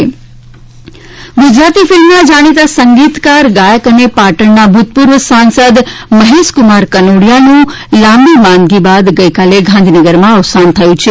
મહેશ કનોડીયા ગુજરાતી ફિલ્મના જાણીતા સંગીતકાર ગાયક અને પાટણના ભૂતપૂર્વ સાંસદ મહેશક્રમાર કનોડીયાનું લાંબી માંદગી બાદ ગઈકાલે ગાંધીનગરમાં અવસાન થયું છે